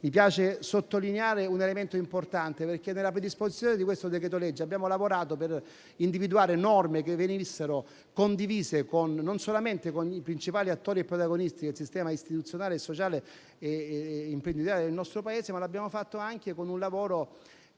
Mi piace sottolineare un elemento importante. Per la predisposizione di questo decreto-legge abbiamo lavorato per individuare norme che venissero condivise non solamente con i principali attori e protagonisti del sistema istituzionale, sociale e imprenditoriale del nostro Paese. Abbiamo infatti svolto anche un lavoro